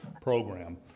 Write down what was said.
program